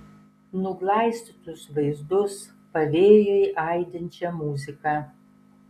nuglaistytus vaizdus pavėjui aidinčią muziką